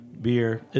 beer